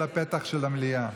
לפתח של המליאה.